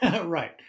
right